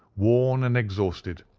worn and exhausted,